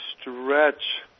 stretch